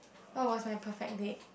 what was my perfect date